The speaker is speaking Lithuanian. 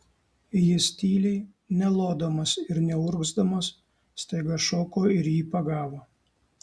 jis tyliai nelodamas ir neurgzdamas staiga šoko ir jį pagavo